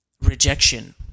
rejection